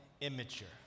immature